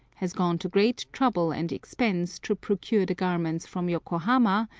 has gone to great trouble and expense to procure the garments from yokohama,